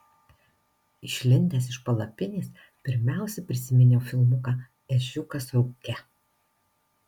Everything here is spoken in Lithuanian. išlindęs iš palapinės pirmiausia prisiminiau filmuką ežiukas rūke